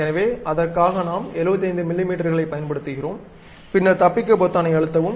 எனவே அதற்காக நாம் 75 மில்லிமீட்டர்களைப் பயன்படுத்துகிறோம் பின்னர் தப்பிக்க பொத்தானை அழுத்தவும்